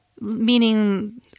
Meaning